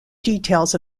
details